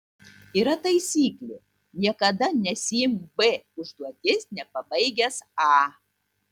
yra taisyklė niekada nesiimk b užduoties nepabaigęs a